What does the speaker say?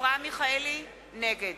נגד